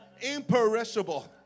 Imperishable